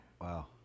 Wow